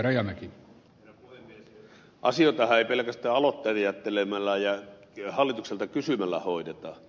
asioitahan ei pelkästään aloitteita jättelemällä ja hallitukselta kysymällä hoideta